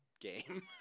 game